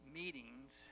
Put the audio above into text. meetings